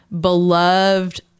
beloved